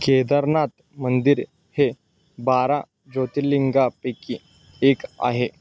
केदारनाथ मंदिर हे बारा ज्योतिर्लिंगापैकी एक आहे